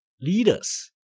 leaders